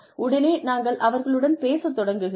உடனே நாங்கள் அவர்களுடன் பேசத் தொடங்குகிறோம்